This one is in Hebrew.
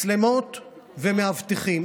מצלמות ומאבטחים.